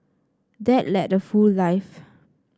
dad led a full life